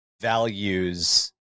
values